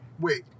Wait